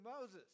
Moses